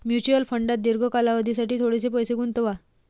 mutual फंडात दीर्घ कालावधीसाठी थोडेसे पैसे गुंतवा